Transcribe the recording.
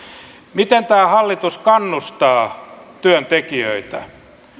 miten tämä hallitus kannustaa työntekijöitä